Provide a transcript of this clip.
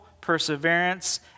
perseverance